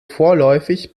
vorläufig